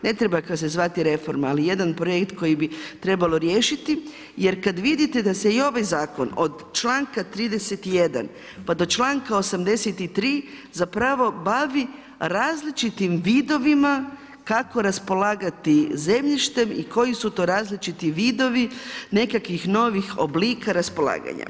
Ne treba ga se zvati reforma, ali jedan projekt koji bi trebalo riješiti jer kada vidite da se i ovaj zakon od članka 31. pa do članka 83. bavi različitim vidovima kako raspolagati zemljištem i koji su to različiti vidovi nekakvih novih oblika raspolaganja.